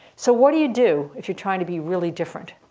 so what do you do if you're trying to be really different?